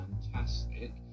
fantastic